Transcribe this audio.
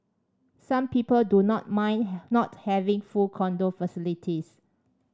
some people do not mind not having full condo facilities